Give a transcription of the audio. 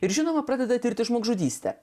ir žinoma pradeda tirti žmogžudystę